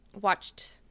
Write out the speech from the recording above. watched